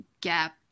gap